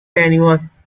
tenuous